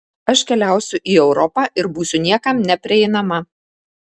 aš keliausiu į europą ir būsiu niekam neprieinama